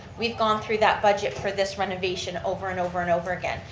we've gone through that budget for this renovation over and over and over again.